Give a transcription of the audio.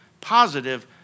positive